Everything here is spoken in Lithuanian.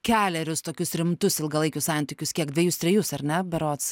kelerius tokius rimtus ilgalaikius santykius kiek dvejus trejus ar ne berods